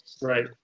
right